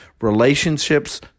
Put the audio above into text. relationships